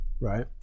right